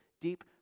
deep